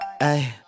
Hey